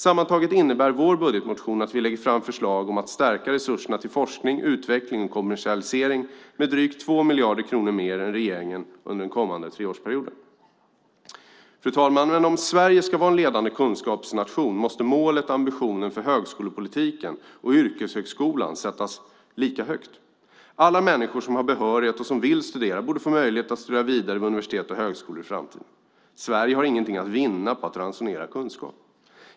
Sammantaget innebär vår budgetmotion att vi lägger fram förslag om att stärka resurserna till forskning, utveckling och kommersialisering med drygt 2 miljarder kronor mer än regeringen under den kommande treårsperioden. Fru talman! Men om Sverige ska vara en ledande kunskapsnation måste målet och ambitionen för högskolepolitiken och yrkeshögskolan sättas lika högt. Alla människor som har behörighet och som vill studera borde få möjlighet att studera vidare vid universitet och högskolor i framtiden. Sverige har inget att vinna på att ransonera kunskap.